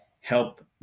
help